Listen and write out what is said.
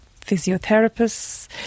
physiotherapists